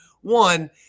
One